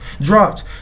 dropped